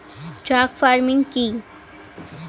Truck farming কি?